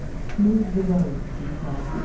smooth the roads, he said,